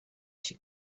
she